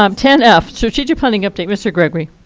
um ten f, strategic planning update, mr. gregory.